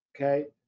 okay